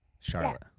Charlotte